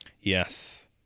Yes